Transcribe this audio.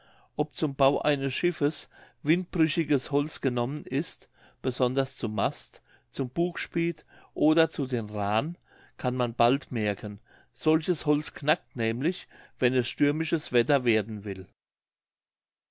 ob zum bau eines schiffes windbrüchiges holz genommen ist besonders zum mast zum bugspriet oder zu den raaen kann man bald merken solches holz knackt nämlich wenn es stürmisches wetter werden will